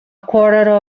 quarter